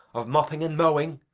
of mopping and mowing,